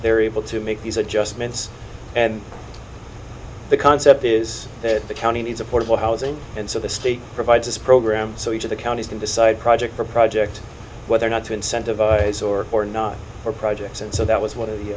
they're able to make these adjustments and the concept is that the county needs a portable housing and so the state provides this program so each of the counties can decide project or project whether or not to incentivize or or not for projects and so that was one of the